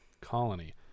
Colony